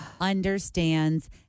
understands